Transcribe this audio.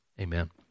Amen